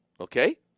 Okay